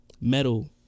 Metal